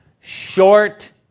short